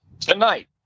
Tonight